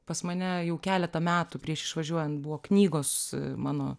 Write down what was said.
pas mane jau keletą metų prieš išvažiuojant buvo knygos mano